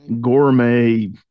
gourmet